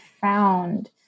found